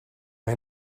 may